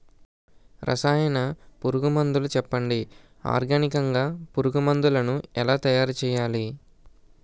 రసాయన పురుగు మందులు చెప్పండి? ఆర్గనికంగ పురుగు మందులను ఎలా తయారు చేయాలి?